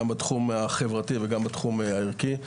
גם בתחום החברתי וגם בתחומי הערכי.